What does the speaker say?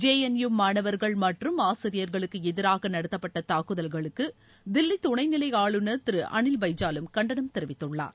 J N U மானவர்கள் மற்றும் ஆசிரியர்களுக்கு எதிராக நடத்தப்பட்ட தாக்குதல்களுக்கு தில்லி துணைநிலை ஆளுநர் திரு அனில் பைஜாலும் கண்டனம் தெரிவித்துள்ளார்